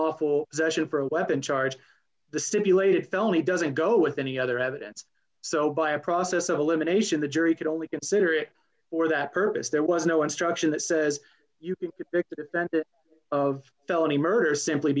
lawful session for a weapon charge the stipulated filmy doesn't go with any other evidence so by a process of elimination the jury can only consider it for that purpose there was no instruction that says you can depict a defense of felony murder simply